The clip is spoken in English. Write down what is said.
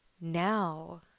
now